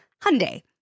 Hyundai